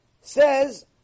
says